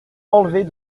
enlevés